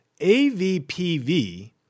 AVPV